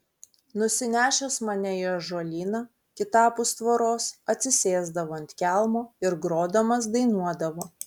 nusinešęs mane į ąžuolyną kitapus tvoros atsisėsdavo ant kelmo ir grodamas dainuodavo